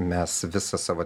mes visą savo